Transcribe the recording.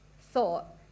thought